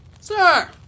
Sir